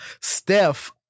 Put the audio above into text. Steph